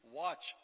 watch